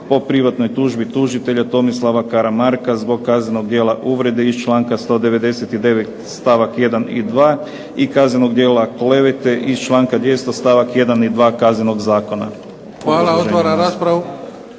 po privatnoj tužbi tužitelja Tomislava Karamarka zbog kaznenog djela uvrede iz članka 199. stavak 1. i 2. i kaznenog djela klevete iz članka 200. stavak 1. i 2. Kaznenog zakona." **Bebić, Luka